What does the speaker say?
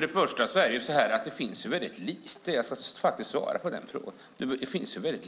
Det finns väldigt